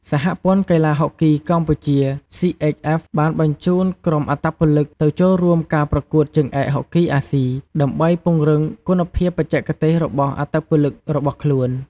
សហព័ន្ធកីឡាហុកគីកម្ពុជា សុី អេក ហ្វេស បានបញ្ជូនក្រុមអត្តពលិកទៅចូលរួមការប្រកួតជើងឯកហុកគីអាស៊ី ដើម្បីពង្រឹងគុណភាពបច្ចេកទេសរបស់អត្តពលិករបស់ខ្លួន។